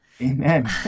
Amen